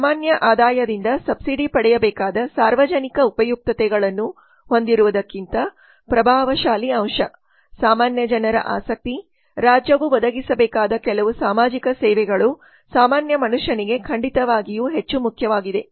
ಸಾಮಾನ್ಯ ಆದಾಯದಿಂದ ಸಬ್ಸಿಡಿ ಪಡೆಯಬೇಕಾದ ಸಾರ್ವಜನಿಕ ಉಪಯುಕ್ತತೆಗಳನ್ನು ಹೊಂದಿರುವುದಕ್ಕಿಂತ ಪ್ರಭಾವಶಾಲಿ ಅಂಶ ಸಾಮಾನ್ಯ ಜನರ ಆಸಕ್ತಿ ರಾಜ್ಯವು ಒದಗಿಸಬೇಕಾದ ಕೆಲವು ಸಾಮಾಜಿಕ ಸೇವೆಗಳು ಸಾಮಾನ್ಯ ಮನುಷ್ಯನಿಗೆ ಖಂಡಿತವಾಗಿಯೂ ಹೆಚ್ಚು ಮುಖ್ಯವಾಗಿದೆ